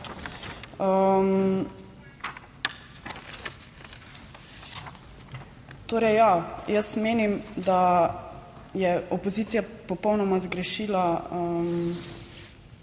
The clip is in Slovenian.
Torej, jaz menim, da je opozicija popolnoma zgrešila namen,